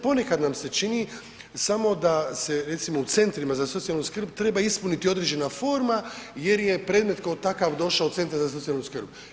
Ponekad nam se čini samo da se recimo u centrima za socijalnu skrb treba ispuniti određena forma jer je predmet kao takav došao u centar za socijalnu skrb.